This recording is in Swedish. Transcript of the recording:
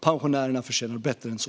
Pensionärerna förtjänar bättre än så.